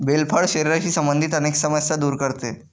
bell फळ शरीराशी संबंधित अनेक समस्या दूर करते